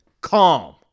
Calm